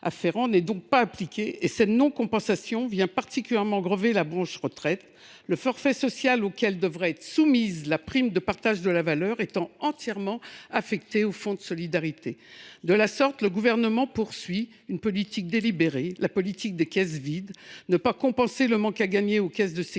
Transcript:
n’est donc pas appliqué, et cette non compensation vient particulièrement grever la branche retraite, le forfait social auquel devrait être soumise la prime de partage de la valeur étant entièrement affecté au fonds de solidarité. De la sorte, le Gouvernement poursuit une politique délibérée, la politique des caisses vides. Ne pas compenser le manque à gagner aux caisses de sécurité